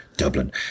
Dublin